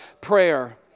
prayer